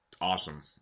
awesome